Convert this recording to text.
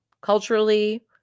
culturally